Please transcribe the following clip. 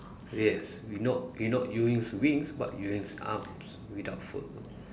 yes you know you know you with wings but with arms without fur